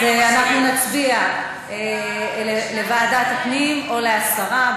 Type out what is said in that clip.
אז נצביע, לוועדת הפנים או להסרה.